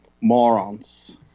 morons